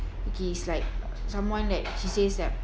okay it's like someone that she says like